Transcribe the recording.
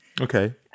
Okay